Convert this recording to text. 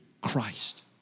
Christ